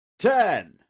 Ten